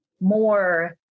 more